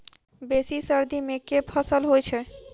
बेसी सर्दी मे केँ फसल होइ छै?